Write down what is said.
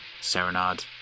Serenade